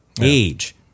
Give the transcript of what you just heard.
age